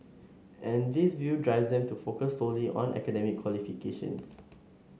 and this view drives them to focus solely on academic qualifications